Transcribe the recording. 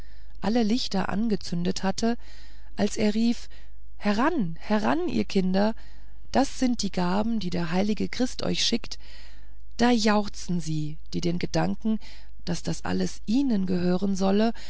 alle lichter angezündet hatte als er rief heran heran ihr kinder das sind die gaben die der heilige christ euch geschickt da jauchzten sie die den gedanken daß das alles ihnen gehören solle